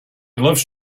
loves